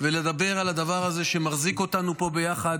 ולדבר על הדבר הזה שמחזיק אותנו פה ביחד,